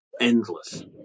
endless